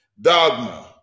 dogma